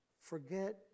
Forget